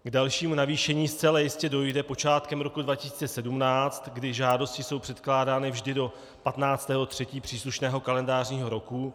K dalšímu navýšení zcela jistě dojde počátkem roku 2017, kdy žádosti jsou předkládány vždy do 15. 3. příslušného kalendářního roku.